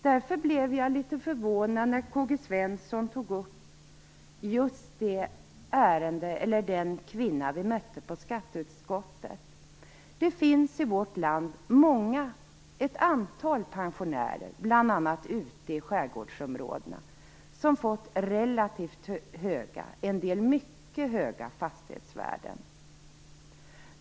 Därför blev jag litet förvånad när K-G Svenson tog upp ärendet med den kvinna vi mötte på skatteutskottet. Det finns i vårt land många pensionärer, bl.a. ute i skärgårdsområdena, som fått relativt höga, en del mycket höga, fastighetsvärden.